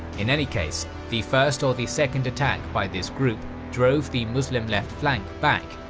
in any case, the first or the second attack by this group drove the muslim left flank back,